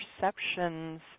perceptions